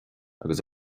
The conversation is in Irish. agus